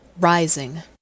Rising